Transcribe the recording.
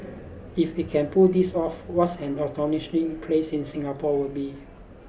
if it can pull this off what an astonishing place in Singapore would be